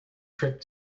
trip